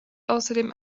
außerdem